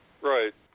Right